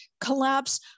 collapse